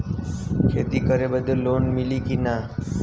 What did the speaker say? खेती करे बदे लोन मिली कि ना?